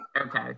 Okay